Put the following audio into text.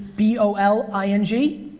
b o l i n g?